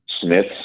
Smith